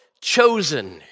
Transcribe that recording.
chosen